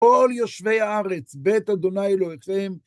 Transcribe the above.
כל יושבי הארץ, בית ה' אלוהיכם.